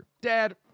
Dad